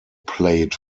played